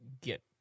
get